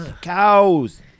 cows